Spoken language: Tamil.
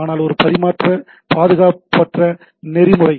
ஆனால் அது பாதுகாப்பற்ற நெறிமுறை